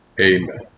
Amen